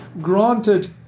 granted